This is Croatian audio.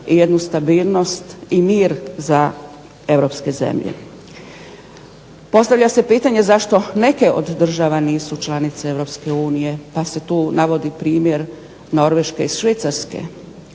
i jednu stabilnost i mir za europske zemlje. Postavlja se pitanje zašto neke od država nisu članice EU pa se tu navodi primjer Norveške i Švicarske.